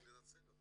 צריך לנצל אותו.